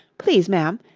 please, ma'am,